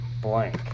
blank